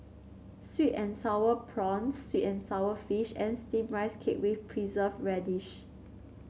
sweet and sour prawns sweet and sour fish and steam Rice Cake with preserve radish